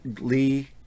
Lee